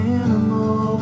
animal